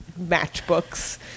matchbooks